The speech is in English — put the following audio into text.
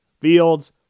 Fields